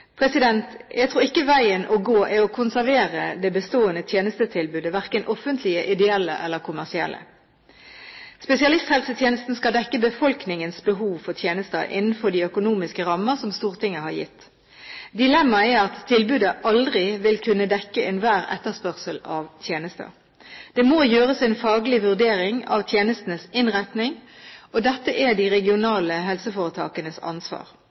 Jeg tror ikke veien å gå er å konservere de bestående tjenestetilbudene – verken offentlige, ideelle eller kommersielle. Spesialisthelsetjenesten skal dekke befolkningens behov for tjenester innenfor de økonomiske rammer som Stortinget har gitt. Dilemmaet er at tilbudet aldri vil kunne dekke enhver etterspørsel av tjenester. Det må gjøres en faglig vurdering av tjenestenes innretning, og dette er de regionale helseforetakenes ansvar.